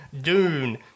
Dune